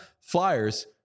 Flyers